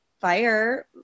fire